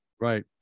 Right